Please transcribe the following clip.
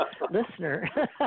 listener